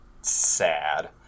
sad